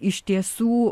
iš tiesų